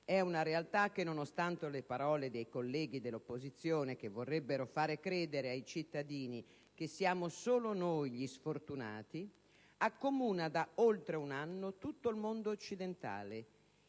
è una realtà che, nonostante le parole dei colleghi dell'opposizione che vorrebbero fare credere ai cittadini che siamo solo noi gli sfortunati - accomuna da oltre un anno tutto il mondo occidentale.